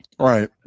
Right